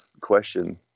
question